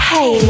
Hey